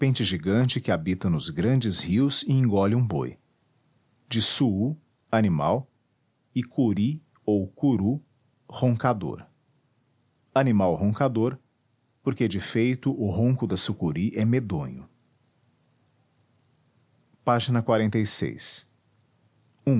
serpente gigante que habita nos grandes rios e engole um boi de suu animal e cury ou curu roncador animal roncador porque de feito o ronco da sucuri é medonho pág